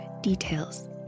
details